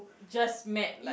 we just met